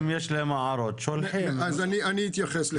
מאה אחוז, אז אני אתייחס לכמה מהן.